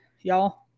Y'all